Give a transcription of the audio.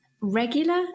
regular